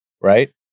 right